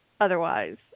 otherwise